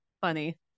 funny